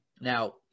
Now